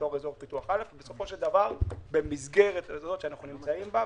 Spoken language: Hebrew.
בתור אזור פיתוח א' במסגרת שאנחנו נמצאים בה,